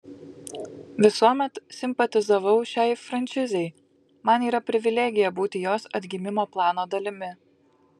visuomet simpatizavau šiai franšizei man yra privilegija būti jos atgimimo plano dalimi